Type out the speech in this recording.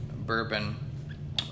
bourbon